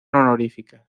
honorífica